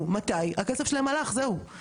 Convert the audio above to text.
וגם אני שומעת פה,